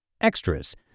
Extras